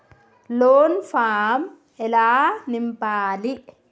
Loan form ఎలా నింపాలి?